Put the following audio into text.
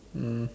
mm